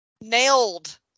nailed